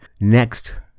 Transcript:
Next